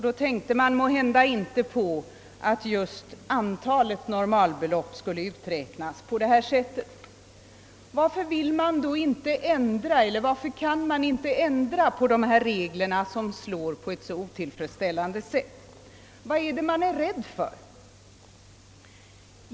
Då tänkte man måhända inte på att just antalet normalbelopp skulle uträknas på ovannämnda sätt. Varför kan man då inte ändra på dessa regler som slår på ett så otillfredsställande sätt? Vad är man rädd för?